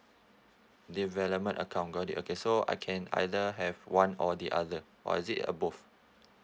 development account got it okay so I can either have one or the other or is it a both